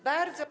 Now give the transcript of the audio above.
Bardzo.